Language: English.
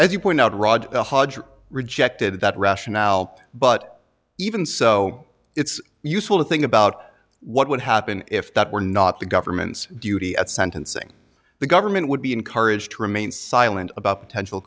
as you point out rod hodge rejected that rationale but even so it's useful to think about what would happen if that were not the government's duty at sentencing the government would be encouraged to remain silent about potential